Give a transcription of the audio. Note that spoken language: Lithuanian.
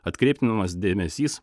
atkreiptinas dėmesys